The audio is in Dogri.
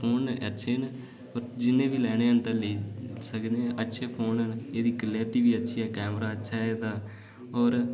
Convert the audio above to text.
एह् फोन अच्छे न जि'नें बी लैना लेई सकनेआं अच्छे फोन न एह्दी कलैरिटी बी अच्छी ऐ पिच्छें कैमरा बी अच्छा ऐ इदा होर